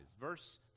Verse